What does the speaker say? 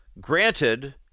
granted